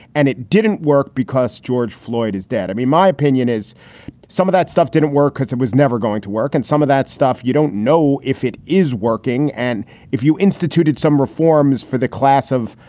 and it didn't work because george floyd is dead. i mean, my opinion is some of that stuff didn't work. it was never going to work. and some of that stuff, you don't know if it is working. and if you instituted some reforms for the class of,